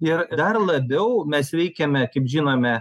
ir dar labiau mes veikiame kaip žinome